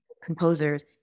composers